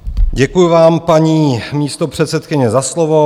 Děkuji vám, paní místopředsedkyně, za slovo.